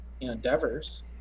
endeavors